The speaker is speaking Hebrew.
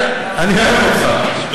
אני אוהב אותך.